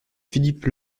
philippe